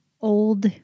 old